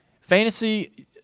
fantasy